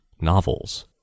novels